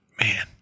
man